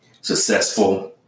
successful